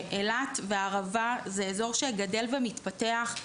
שאילת והערבה זה אזור שגדל ומתפתח,